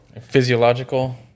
Physiological